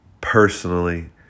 personally